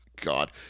God